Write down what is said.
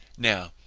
now,